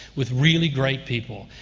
with really great people.